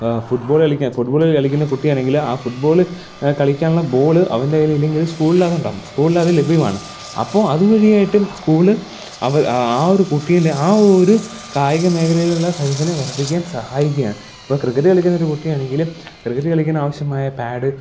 football കളിക്കാൻ football കളിക്കുന്ന കുട്ടിയാണെങ്കിൽ ആ ഫുട്ബോള് കളിക്കാനുള്ള ബോള് അവൻ്റെ കയ്യിൽ ഇല്ലെങ്കിൽ സ്കൂളിൽ അതുണ്ടാവും സ്കൂളിൽ അത് ലഭ്യമാണ് അപ്പോൾ അതുവഴിയായിട്ടും സ്കൂള് ആ ഒരു കുട്ടീൻ്റെ ആ ഒരു കായിക മേഖലയിലുള്ള കഴിവിനെ വർദ്ധിക്കാൻ സഹായിക്കുകയാണ് ഇപ്പോൾ ക്രിക്കെറ്റ് കളിക്കുന്ന ഒരു കുട്ടിയാണെങ്കിൽ ക്രിക്കറ്റ് കളിക്കാൻ ആവശ്യമായ പാഡ്